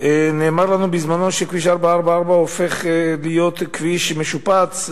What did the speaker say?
נאמר לנו בזמנו שכביש 444 הופך להיות כביש משופץ,